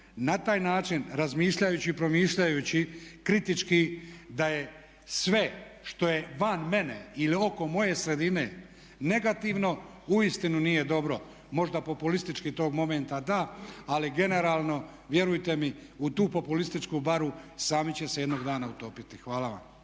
na taj način razmišljajući i promišljajući kritički da je sve što je van mene ili oko moje sredine negativno uistinu nije dobro. Možda populistički tog momenta da ali generalno vjerujte mi u tu populističku baru sami će se jednog dana utopiti. Hvala vam.